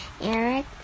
Eric